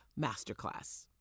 Masterclass